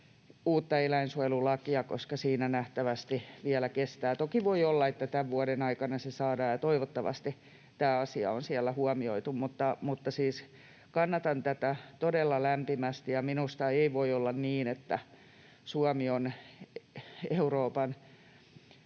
uutta eläinsuojelulakia, koska siinä nähtävästi vielä kestää. Toki voi olla, että tämän vuoden aikana se saadaan, ja toivottavasti tämä asia on siellä huomioitu. Siis kannatan tätä todella lämpimästi, ja minusta ei voi olla niin, että Suomi on Euroopan